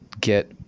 get